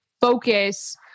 focus